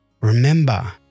Remember